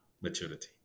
maturity